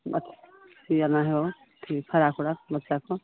बच सियाना है आओर फ्राक ऊराक बच्चाके